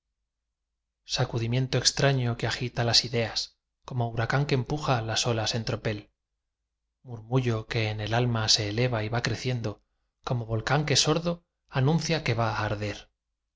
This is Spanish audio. sacudimiento extraño que agita las ideas como huracán que empuja las olas en tropel murmullo que en el alma se eleva y va creciendo como volcán que sordo anuncia que va á arder